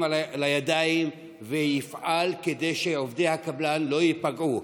לידיים ויפעל כדי שעובדי הקבלן לא ייפגעו.